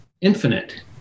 infinite